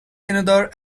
another